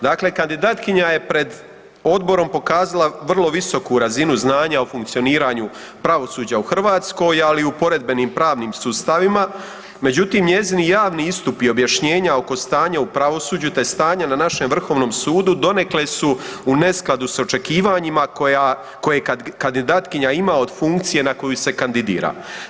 Dakle, kandidatkinja je pred odborom pokazala vrlo visoku razinu znanja o funkcioniranju pravosuđa u Hrvatskoj ali u poredbenim pravnim sustavima međutim njezini javni istupi objašnjenja oko stanja o pravosuđu te stanja na našem Vrhovnom sudu, donekle su u neskladu s očekivanjima koje kandidatkinja ima od funkcije na koju se kandidirala.